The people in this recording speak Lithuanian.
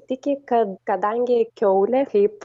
tiki kad kadangi kiaulė kaip